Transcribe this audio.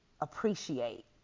appreciate